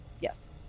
Yes